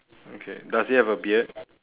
okay does he have a beard